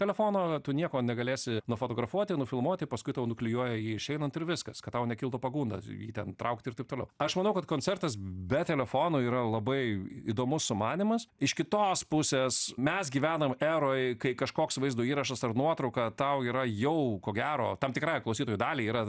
telefono tu nieko negalėsi nufotografuoti ir nufilmuoti paskui tau nuklijuoja jį išeinant ir viskas kad tau nekiltų pagunda jį ten traukti ir taip toliau aš manau kad koncertas be telefono yra labai įdomus sumanymas iš kitos pusės mes gyvenam eroj kai kažkoks vaizdo įrašas ar nuotrauka tau yra jau ko gero tam tikrai klausytojų daliai yra